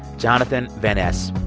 jonathan van ness.